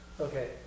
Okay